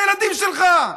לילדים שלך?